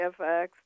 FX